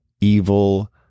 evil